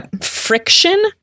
friction